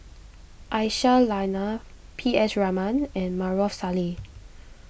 Aisyah Lyana P S Raman and Maarof Salleh